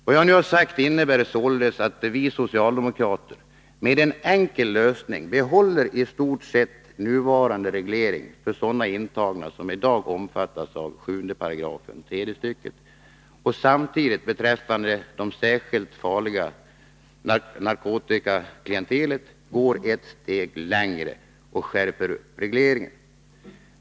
Vad jag nu har sagt innebär således att vi socialdemokrater med en enkel lösning behåller i stort sett nuvarande reglering för sådana intagna som i dag omfattas av 7 § tredje stycket och samtidigt beträffande det särskilt farliga narkotikaklientelet går ett steg längre och skärper regleringen.